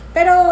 Pero